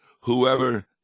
Whoever